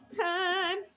time